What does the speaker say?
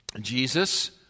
Jesus